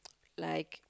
like